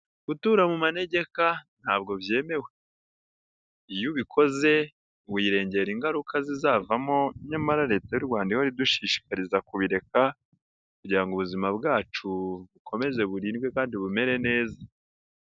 Gutura mu negeka ntabwo byemewe. Iyo ubikoze wirengera ingaruka zizavamo, nyamara leta y'u Rwanda ihora idushishikariza kubireka kugira ngo ubuzima bwacu bukomeze burindwe kandi bumere neza.